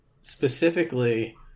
specifically